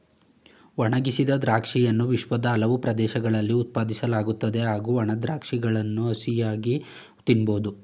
ಒಣಗಿಸಿದ ದ್ರಾಕ್ಷಿಯನ್ನು ವಿಶ್ವದ ಹಲವು ಪ್ರದೇಶಗಳಲ್ಲಿ ಉತ್ಪಾದಿಸಲಾಗುತ್ತದೆ ಹಾಗೂ ಒಣ ದ್ರಾಕ್ಷಗಳನ್ನು ಹಸಿಯಾಗಿ ತಿನ್ಬೋದು